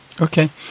Okay